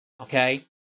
okay